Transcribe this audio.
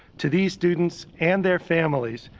to these students and their families,